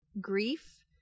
grief